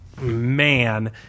man